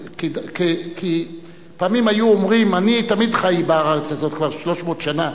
כי פעמים היו אומרים: אני חי בארץ הזאת כבר 300 שנה,